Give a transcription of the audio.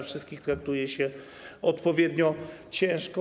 Wszystkich traktuje się odpowiednio surowo.